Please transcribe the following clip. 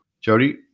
Jody